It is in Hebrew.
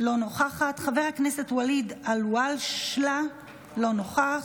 אינה נוכחת, חבר הכנסת ואליד אלהואשלה, אינו נוכח,